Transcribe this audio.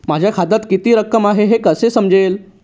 माझ्या खात्यात किती रक्कम आहे हे कसे समजेल?